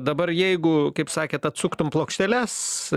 dabar jeigu kaip sakėt atsuktum plokšteles